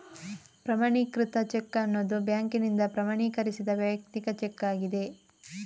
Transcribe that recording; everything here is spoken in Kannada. ಪ್ರಮಾಣೀಕೃತ ಚೆಕ್ ಅನ್ನುದು ಬ್ಯಾಂಕಿನಿಂದ ಪ್ರಮಾಣೀಕರಿಸಿದ ವೈಯಕ್ತಿಕ ಚೆಕ್ ಆಗಿದೆ